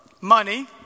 money